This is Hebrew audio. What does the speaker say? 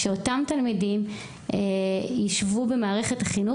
שאותם תלמידים יישבו במערכת החינוך